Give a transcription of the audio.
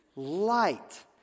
light